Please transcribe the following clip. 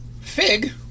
Fig